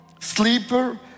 sleeper